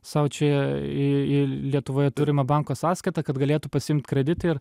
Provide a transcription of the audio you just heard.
sau čia į į lietuvoje turimą banko sąskaitą kad galėtų pasiimt kreditą ir